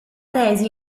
tesi